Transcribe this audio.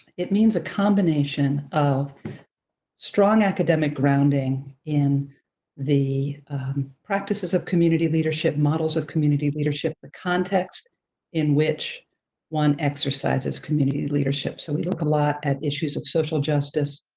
it means a combination of strong academic grounding in the practices of community leadership, models of community leadership, the context in which one exercises community leadership. so we look at issues of social justice,